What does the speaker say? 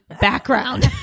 background